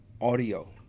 audio